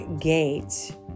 gate